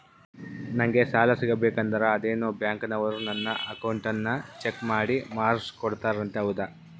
ನಂಗೆ ಸಾಲ ಸಿಗಬೇಕಂದರ ಅದೇನೋ ಬ್ಯಾಂಕನವರು ನನ್ನ ಅಕೌಂಟನ್ನ ಚೆಕ್ ಮಾಡಿ ಮಾರ್ಕ್ಸ್ ಕೋಡ್ತಾರಂತೆ ಹೌದಾ?